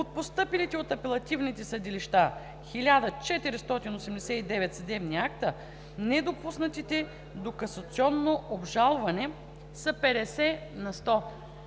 От постъпилите от апелативните съдилища 1489 съдебни акта недопуснатите до касационно обжалване са 50 на сто,